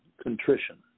contrition